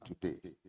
today